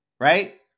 right